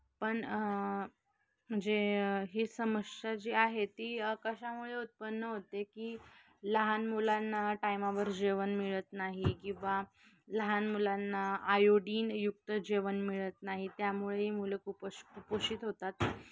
पण म्हणजे ही समस्या जी आहे ती कशामुळे उत्पन्न होते की लहान मुलांना टायमावर जेवण मिळत नाही किंवा लहान मुलांना आयोडीनयुक्त जेवण मिळत नाही त्यामुळेही मुलं कुपष कुपोषित होतात